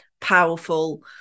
powerful